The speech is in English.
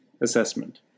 assessment